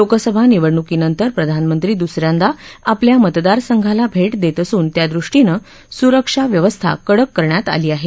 लोकसभा निवडणुकीनंतर प्रधानमंत्री दुसऱ्यांदा आपल्या मतदारसंघाला भेट देत असून त्या दृष्टीने सुरक्षा व्यवस्था कडक करण्यात आली आहे